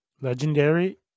Legendary